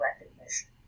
recognition